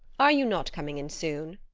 are you not coming in soon?